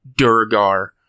Durgar